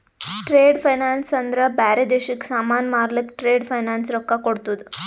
trade finance ಅಂದ್ರ ಬ್ಯಾರೆ ದೇಶಕ್ಕ ಸಾಮಾನ್ ಮಾರ್ಲಕ್ ಟ್ರೇಡ್ ಫೈನಾನ್ಸ್ ರೊಕ್ಕಾ ಕೋಡ್ತುದ್